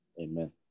Amen